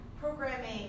programming